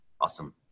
Awesome